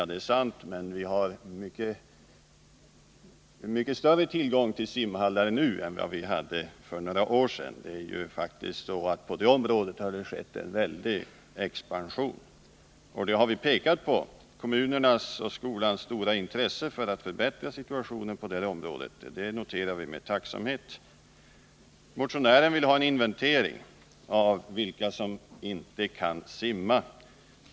Ja, det är sant, men vi har mycket större tillgång till simhallar nu än vi hade för några år sedan. Det är ju faktiskt så att på det området har det skett en väldig expansion. Detta har vi pekat på, och kommunernas och skolans stora intresse för att förbättra situationen på detta område noterar vi med tacksamhet. Motionären vill ha en inventering av vilka som inte kan simma.